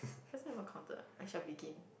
that's not even counted I shall begin